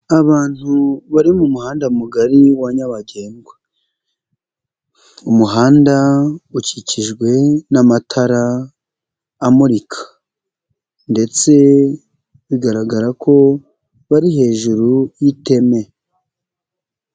Abantu bari mu muhanda mugari wa nyabagendwa, umuhanda ukikijwe n'amatara amurika ndetse bigaragara ko bari hejuru y'iteme.